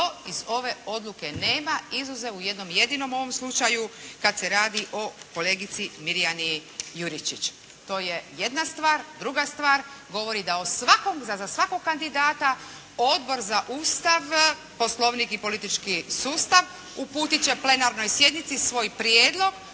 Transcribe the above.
To iz ove odluke nema, izuzev u jednom jedinom ovom slučaju kad se radi o kolegici Mirjani Juričić. To je jedna stvar. Druga stvar, govori da za svakog kandidata Odbor za Ustav, Poslovnik i politički sustav uputit će plenarnoj sjednici svoj prijedlog